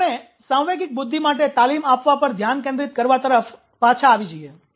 હવે આપણે સાંવેગિક બુદ્ધિ માટે તાલીમ આપવા પર ધ્યાન કેન્દ્રિત કરવા તરફ પાછા આવી જઈએ